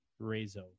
Razo